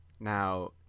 Now